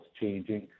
changing